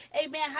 Amen